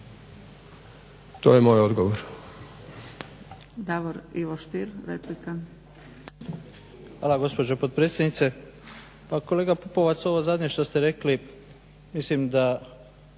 to je moj odgovor.